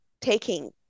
taking